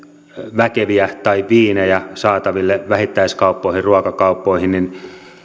väkeviä tai viinejä saataville vähittäiskauppoihin ruokakauppoihin